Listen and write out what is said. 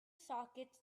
sockets